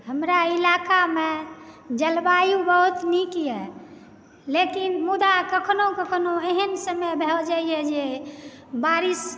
हमरा इलाकामे जलवायु बहुत नीक यऽ लेकिन मुदा कखनो कखनो एहन समय भय जाइया जे